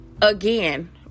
Again